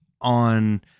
on